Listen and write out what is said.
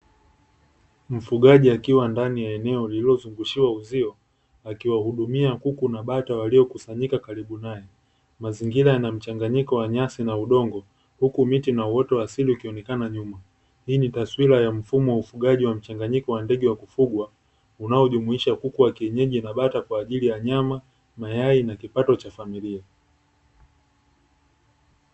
Mfugaji akiwa ndani ya eneo lililozungushiwa uzio akiwahudumia kuku na bata waliokusanyika karibu nae, mazingira yana mchanganyiko wa nyasi na udongo huku miti na uoto wa asili ukionekana nyuma, hii ni taswira ya mfumo ufugaji wa mchanganyiko wa ndege wa kufugwa unaojumuisha kuku wa kienyeji na bata kwa ajili ya nyama, mayai na kipato cha familia.